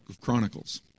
Chronicles